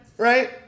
Right